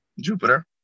Jupiter